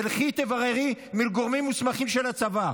תלכי ותבררי מול גורמים מוסמכים של הצבא.